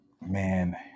Man